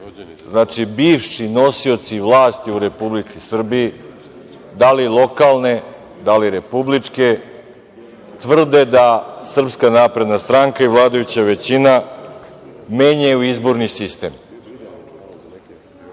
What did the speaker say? znači, bivši nosioci vlasti u Republici Srbiji, da li lokalne, da li republičke, tvrde da SNS i vladajuća većina menjaju izborni sistem.